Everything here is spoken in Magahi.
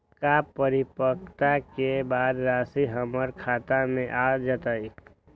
का परिपक्वता के बाद राशि हमर खाता में आ जतई?